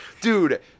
dude